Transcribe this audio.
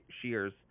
shears